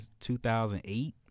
2008